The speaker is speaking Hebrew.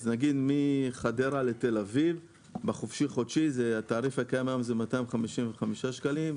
אז נגיד מחדרה לתל אביב בחופשי חודשי בתעריף שקיים היום זה 255 שקלים,